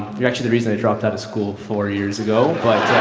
you're actually the reason i dropped out of school four years ago but.